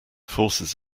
forces